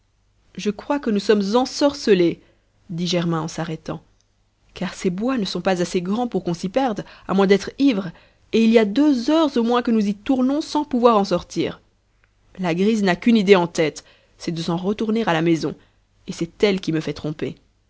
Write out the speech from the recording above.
je crois que nous sommes ensorcelés dit germain en s'arrêtant car ces bois ne sont pas assez grands pour qu'on s'y perde à moins d'être ivre et il y a deux heures au moins que nous y tournons sans pouvoir en sortir la grise n'a qu'une idée en tête c'est de s'en retourner à la maison et c'est elle qui me fait tromper